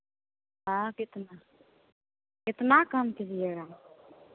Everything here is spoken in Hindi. और कितना कितना कम कीजिएगा